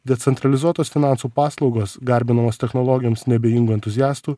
decentralizuotos finansų paslaugos garbinamos technologijoms neabejingų entuziastų